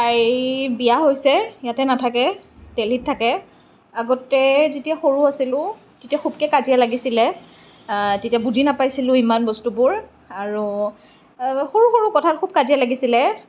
তাই বিয়া হৈছে ইয়াতে নাথাকে দিল্লীত থাকে আগতে যেতিয়া সৰু আছিলোঁ তেতিয়া খুবকে কাজিয়া লাগিছিলে তেতিয়া বুজি নাপাইছিলোঁ ইমান বস্তুবোৰ আৰু সৰু সৰু কথাত খুব কাজিয়া লাগিছিলে